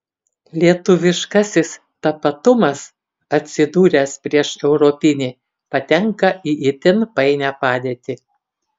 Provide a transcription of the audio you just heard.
lietuviškasis tapatumas atsidūręs prieš europinį patenka į itin painią padėtį